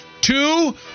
Two